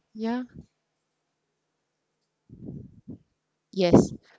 ya yes